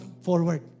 forward